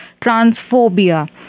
transphobia